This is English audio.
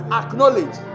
acknowledge